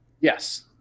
Yes